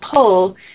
pull